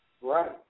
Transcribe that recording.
Right